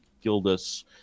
Gildas